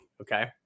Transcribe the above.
okay